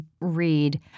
read